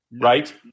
right